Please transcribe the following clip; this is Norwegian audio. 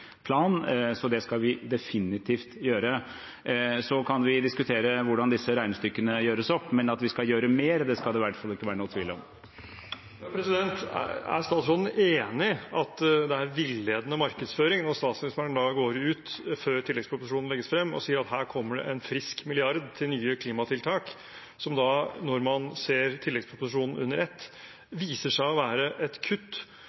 plan. Så det skal vi definitivt gjøre. Og så kan vi diskutere hvordan disse regnestykkene gjøres opp, men at vi skal gjøre mer, skal det i hvert fall ikke være noen tvil om. Nikolai Astrup – til oppfølgingsspørsmål. Er statsråden enig i at det er villedende markedsføring når statsministeren går ut før tilleggsproposisjonen legges frem, og sier at her kommer det en frisk milliard til nye klimatiltak, og som, når man ser tilleggsproposisjonen under ett, viser seg å være et kutt